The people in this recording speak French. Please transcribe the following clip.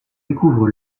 découvre